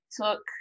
took